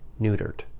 neutered